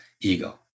ego